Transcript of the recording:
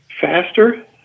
faster